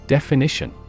Definition